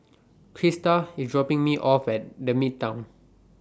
Crista IS dropping Me off At The Midtown